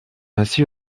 ainsi